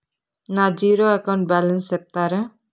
నా zero account balance సెప్తారా?